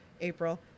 April